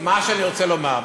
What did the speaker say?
מה שאני רוצה לומר,